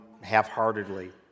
half-heartedly